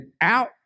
out